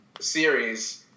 series